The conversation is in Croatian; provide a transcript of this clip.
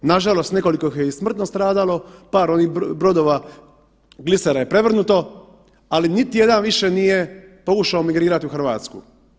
Nažalost nekoliko ih je i smrtno stradalo, par onih brodova, glisera je prevrnuto, ali niti jedan više nije pokušao imigrirati u Hrvatsku.